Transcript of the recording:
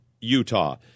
Utah